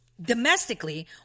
Domestically